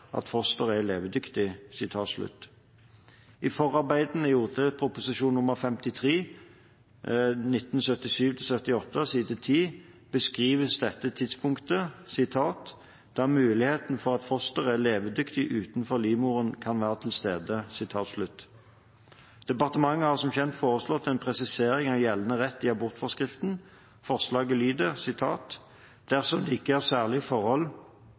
at fosteret er levedyktig». I forarbeidene, Ot.prp. nr. 53 for 1977–1978 side 10, beskrives dette tidspunktet som «da muligheten for at fosteret er levedyktig utenfor livmoren kan være til stede». Departementet har som kjent foreslått en presisering av gjeldende rett i abortforskriften. Forslaget presiserer at «dersom det ikke er særlige forhold